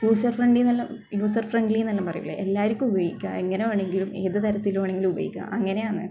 user friendly എന്നെല്ലാം user friendly എന്നെല്ലാം പറയില്ലേ എല്ലാവർക്കും ഉപയോഗിക്കാം എങ്ങനെ വേണമെങ്കിലും ഏത് തരത്തിൽ വേണമെങ്കിലും ഉപയോഗിക്കാം അങ്ങനെ ആണ്